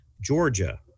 Georgia